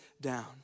down